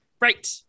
right